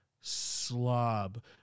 slob